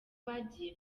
bagiye